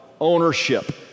ownership